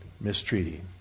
mistreating